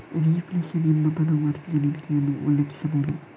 reflation ಎಂಬ ಪದವು ಆರ್ಥಿಕ ನೀತಿಯನ್ನು ಉಲ್ಲೇಖಿಸಬಹುದು